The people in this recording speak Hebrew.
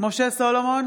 משה סולומון,